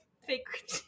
Fake